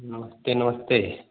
नमस्ते नमस्ते